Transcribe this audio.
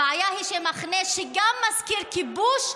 הבעיה היא שמחנה שגם מזכיר כיבוש,